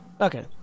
okay